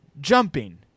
Jumping